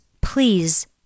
please